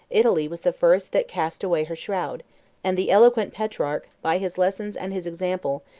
italy was the first that cast away her shroud and the eloquent petrarch, by his lessons and his example,